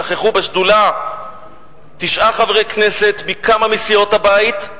נכחו בשדולה תשעה חברי כנסת מכמה מסיעות הבית,